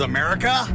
America